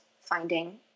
finding